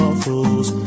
fools